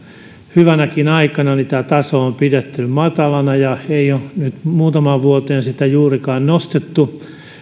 hyvänäkin aikana tämä taso on pidetty matalana ei ole nyt muutamaan vuoteen sitä juurikaan nostettu